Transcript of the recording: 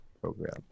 Program